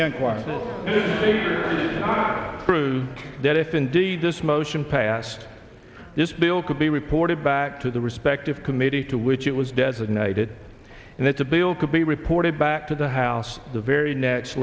quite true that if indeed this motion passed this bill could be reported back to the respective committee to which it was designated and it's a bill could be reported back to the house the very next